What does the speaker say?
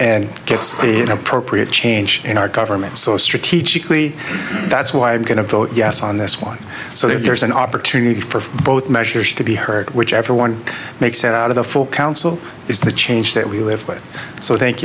and gets appropriate change in our government so strategically that's why i'm going to vote yes on this one so there's an opportunity for both measures to be heard whichever one makes it out of the full council is the change that we live with so thank